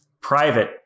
private